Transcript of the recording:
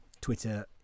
twitter